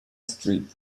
street